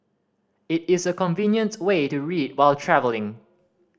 it is a convenient way to read while travelling